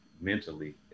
mentally